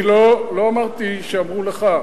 אני לא אמרתי שאמרו לך,